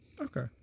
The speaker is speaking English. okay